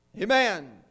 Amen